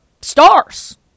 stars